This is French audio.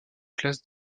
classe